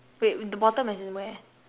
wait the bottom as in where